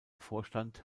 vorstand